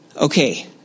Okay